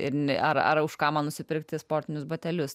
ir nei ar ar kažkam nusipirkti sportinius batelius